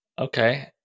Okay